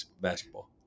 basketball